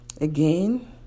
Again